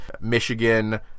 Michigan